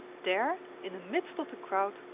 there, in the midst of the crowd,